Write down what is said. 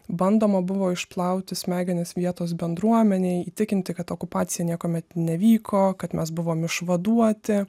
bandoma buvo išplauti smegenis vietos bendruomenei įtikinti kad okupacija niekuomet nevyko kad mes buvom išvaduoti